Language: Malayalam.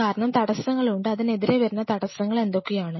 കാരണം തടസ്സങ്ങളുണ്ട് അതിനെതിരെ വരുന്ന തടസ്സങ്ങൾ എന്തൊക്കെയാണ്